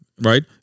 right